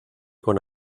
con